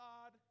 God